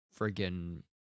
friggin